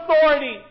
authority